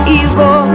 evil